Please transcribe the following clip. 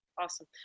awesome